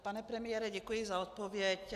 Pane premiére, děkuji za odpověď.